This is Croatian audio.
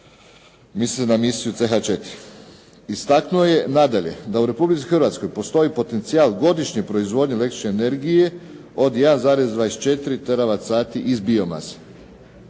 mislim na misiju TH4. Istaknuo je nadalje da u Republici Hrvatskoj postoji potencijal godišnje proizvodnje električne energije od 1,24 terawat sati iz biomase.